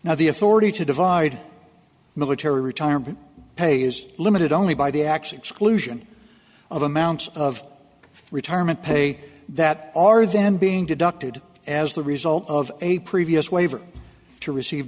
now the authority to divide military retirement pay is limited only by the actually exclusion of amounts of retirement pay that are then being deducted as the result of a previous waiver to receive